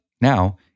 Now